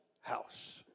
house